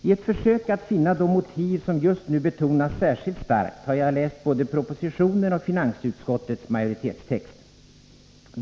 I ett försök att finna de motiv som just nu betonas särskilt starkt har jag noga läst både propositionen och finansutskottets majoritetstext.